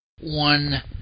one